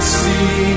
see